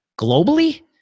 globally